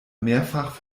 mehrfach